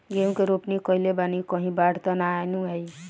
गेहूं के रोपनी कईले बानी कहीं बाढ़ त ना आई ना?